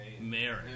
marriage